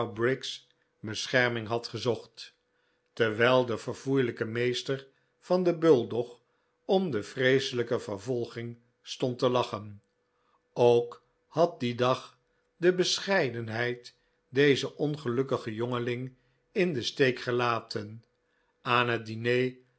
bescherming had gezocht terwijl de verfoeilijke meester van den bulldog om de vreeselijke vervolging stond te lachen ook had dien dag de bescheidenheid dezen ongelukkigen jongeling in den steek gelaten aan het diner